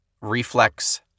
reflex